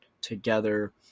together